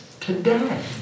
today